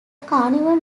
carnival